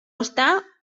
està